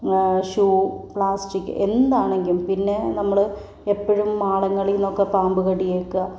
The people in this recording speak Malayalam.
ഷൂ പ്ലാസ്റ്റിക് എന്താണെങ്കിലും പിന്നെ നമ്മള് എപ്പോഴും മാളങ്ങളിന്നൊക്കെ പാമ്പുകടിയേൽക്കുക